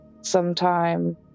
sometime